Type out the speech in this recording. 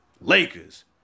Lakers